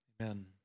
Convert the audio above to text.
amen